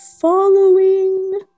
following